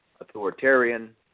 authoritarian